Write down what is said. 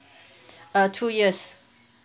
uh two years